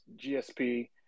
GSP